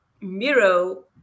miro